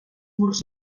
murs